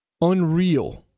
unreal